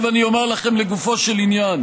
עכשיו אני אומר לכם לגופו של עניין.